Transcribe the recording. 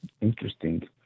interesting